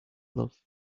love